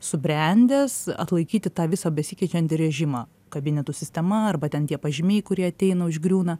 subrendęs atlaikyti tą visą besikeičiantį režimą kabinetų sistema arba ten tie pažymiai kurie ateina užgriūna